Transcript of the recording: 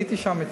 הייתי שם אתם.